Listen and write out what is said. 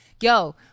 yo